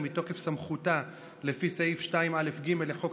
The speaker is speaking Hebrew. מתוקף סמכותה לפי סעיף 2א(ג) לחוק הכנסת,